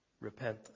Repent